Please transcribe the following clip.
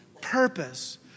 purpose